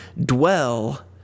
dwell